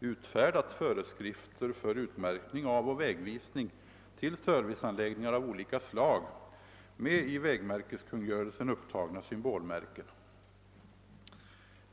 utfärdat föreskrifter för utmärkning av och vägvisning till serviceanläggningar av olika slag med i vägmärkeskungörelsen upptagna symbolmärken.